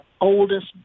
oldest